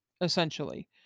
essentially